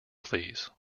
please